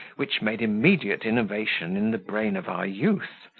which made immediate innovation in the brain of our youth,